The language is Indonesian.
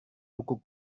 buku